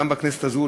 גם בכנסת הזו,